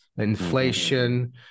inflation